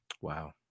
Wow